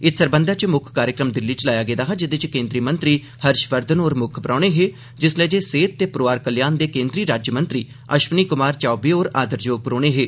इत्त सरबंधा च मुक्ख कार्यक्रम दिल्ली च लाया गेदा हा जेदे च केन्द्रीय मंत्री हर्षवर्धन होर मुक्ख परौहने हे जिस्सले जे सेहत ते परिवार कल्याण दे केन्द्रीय राज्य मंत्री अश्विनी कुमार चौबे होर आदरजोग परौहने हे